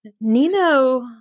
Nino